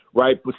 right